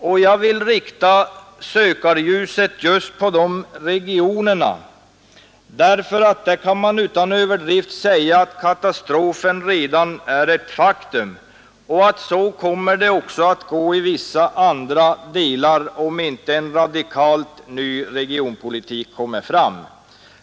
Och jag vill rikta sökarljuset just på de regionerna, därför att där kan man utan överdrift säga att katastrofen redan är ett faktum — och så kommer det att gå också i vissa andra områden, om inte en radikalt ny regionpolitik kommer fram.